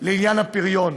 לעניין הפריון.